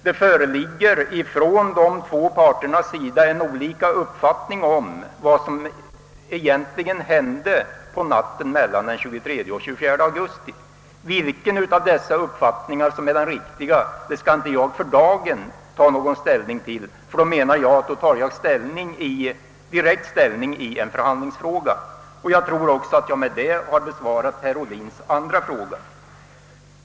Det föreligger hos de två parterna olika uppfattningar om vad som egentligen hände på natten mellan den 23 och 24 augusti. Vilken av dessa uppfattningar som är riktig skall inte jag för dagen ta ställning till, ty jag menar att jag då skulle ta direkt ställning i en förhandlingsfråga. Jag tror också att jag därmed har besvarat herr Ohlins andra fråga.